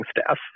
staff